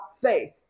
faith